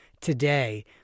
Today